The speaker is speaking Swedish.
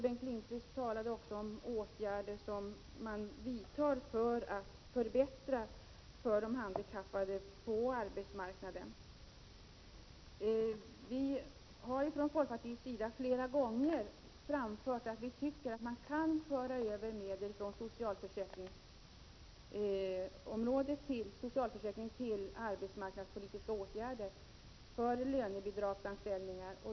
Bengt Lindqvist talade också om de åtgärder som vidtas för att åstadkomma förbättringar för de handikappade på arbetsmarknaden. Folkpartiet har flera gånger som sin mening anfört att man kan föra över medel från socialförsäkringsområdet till arbetsmarknadspolitiska åtgärder för lönebidragsanställda.